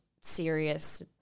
serious –